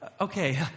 okay